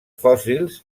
fòssils